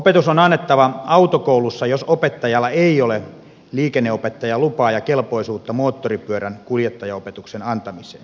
opetus on annettava autokoulussa jos opettajalla ei ole liikenneopettajan lupaa ja kelpoisuutta moottoripyörän kuljettajaopetuksen antamiseen